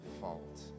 fault